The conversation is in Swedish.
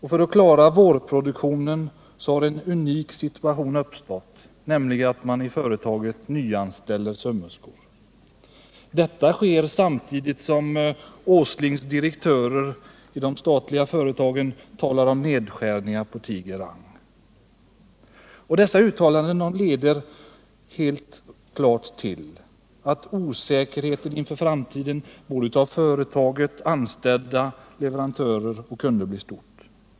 För att klara vårproduk tionen har man måst vidta den unika åtgärden att man nyanställt sömmerskor. Detta sker samtidigt som Nils Åslings direktör i de statliga företagen talar om nedskärningar inom Tiger-Rang. Sådana uttalanden leder naturligtvis till att osäkerheten inför framtiden blir stor hos såväl företag som anställda, leverantörer och kunder.